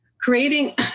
Creating